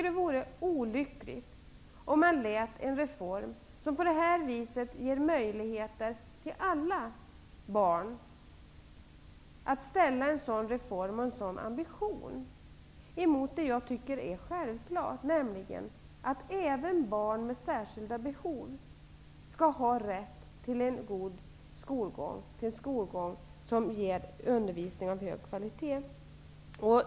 Det vore olyckligt om vi lät en reform och en ambition som på det här viset ger möjligheter för alla barn, ställas emot det jag tycker är självklart, nämligen att även barn med särskilda behov skall ha rätt till en god skolgång som ger undervisning av hög kvalitet.